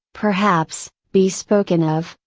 perhaps, be spoken of,